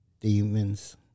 demons